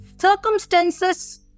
circumstances